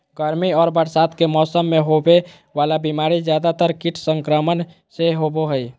गर्मी और बरसात के मौसम में होबे वला बीमारी ज्यादातर कीट संक्रमण से होबो हइ